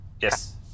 yes